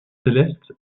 célestes